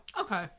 Okay